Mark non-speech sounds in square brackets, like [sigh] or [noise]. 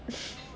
[noise]